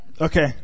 Okay